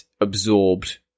absorbed